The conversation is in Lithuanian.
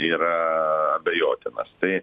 yra abejotinas tai